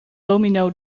domino